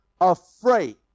afraid